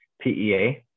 pea